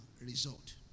Result